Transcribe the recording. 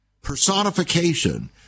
personification